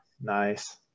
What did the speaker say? nice